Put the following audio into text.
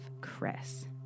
Chris